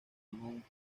mount